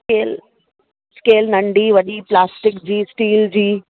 scale scale नंढी वॾी plastic जी स्टील जी